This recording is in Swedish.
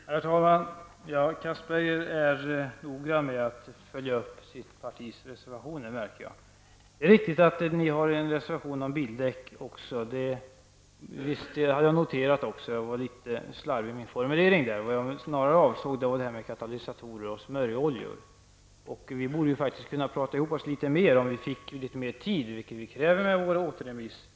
Herr talman! Jag märker att Anders Castberger är noga med att följa upp sitt partis reservationer. Det är riktigt att också folkpartiet har en reservation om bildäck. Det har jag noterat. Jag var litet slarvig i min formulering. Vad jag snarare avsåg var katalysatorer och smörjoljor. Vi skulle ju faktiskt kunna prata ihop oss litet mer om vi fick litet mer tid, vilket vi kräver genom att yrka på återförvisning av ärendet.